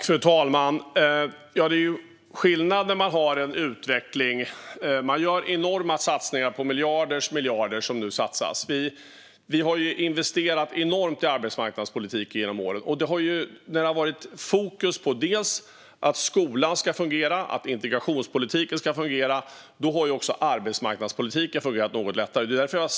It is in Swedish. Fru talman! Det är skillnad när man har en utveckling. Man gör enorma satsningar. Det är många miljarder som nu satsas. Vi har investerat enormt i arbetsmarknadspolitik genom åren. Det har varit fokus på att skolan ska fungera och på att integrationspolitiken ska fungera, och då har också arbetsmarknadspolitiken fungerat något lättare.